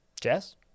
Jess